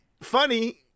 funny